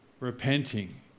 repenting